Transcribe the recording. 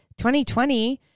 2020